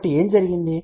కాబట్టి ఏమి జరిగింది